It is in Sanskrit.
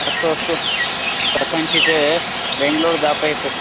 अस्तु अस्तु कथञ्चित् बेङ्ग्लूर् दापयतु